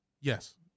Yes